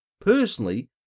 personally